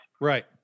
Right